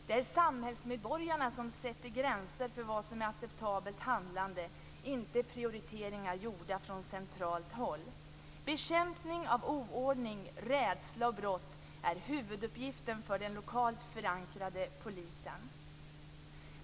Det är samhällsmedborgarna som sätter gränser för vad som är acceptabelt handlande, inte prioriteringar gjorda från centralt håll. Bekämpning av oordning, rädsla och brott är huvuduppgiften för den lokalt förankrade polisen.